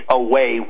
away